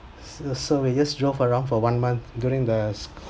so we just drove around for one month during the